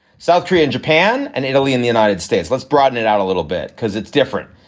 south korea and japan and italy and the united states let's broaden it out a little bit, because it's different,